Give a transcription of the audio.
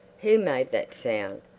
who made that sound?